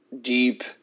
deep